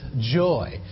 joy